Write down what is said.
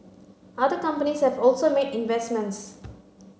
other companies have also made investments